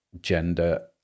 gender